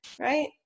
right